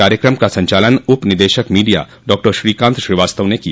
कार्यक्रम का संचालन उप निदेशक मीडिया डॉ श्रीकांत श्रीवास्तव ने किया